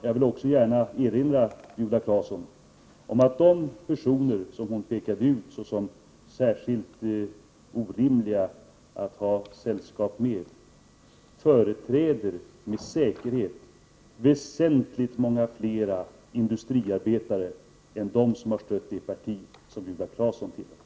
Jag vill också gärna erinra Viola Claesson om att de personer som hon pekade ut såsom särskilt orimliga att ha sällskap med med säkerhet företräder väsentligt många fler industriarbetare än de som har stött det parti som Viola Claesson tillhör.